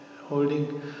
holding